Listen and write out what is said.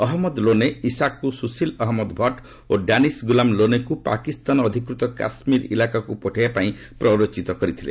ଅହମ୍ମଦ ଲୋନେ ଇସାକ୍କୁ ସୁଶିଲ ଅହମ୍ମଦ ଭଟ୍ ଓ ଡାନିସ୍ ଗୁଲାମ୍ ଲୋନେକୁ ପାକିସ୍ତାନ ଅଧିକୃତ କାଶ୍ମୀର ଇଲାକାକୁ ପଠାଇବା ପାଇଁ ପ୍ରରୋଚିତ କରିଥିଲେ